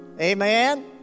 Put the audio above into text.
amen